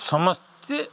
ସମସ୍ତେ